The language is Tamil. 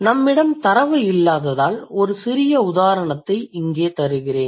நம்மிடம் தரவு இல்லாததால் ஒரு சிறிய உதாரணத்தை இங்கே தருகிறேன்